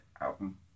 album